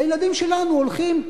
הילדים שלנו הולכים,